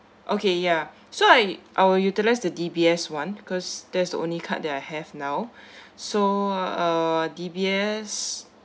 okay ya so I I will utilize the D_B_S one cause that's the only card that I have now so uh D_B_S